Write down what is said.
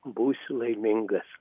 būsi laimingas